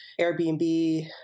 Airbnb